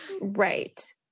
Right